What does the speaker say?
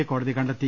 A കോടതി കണ്ടെത്തി